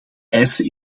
eisen